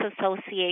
Association